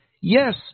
Yes